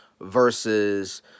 versus